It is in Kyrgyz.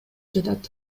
жатат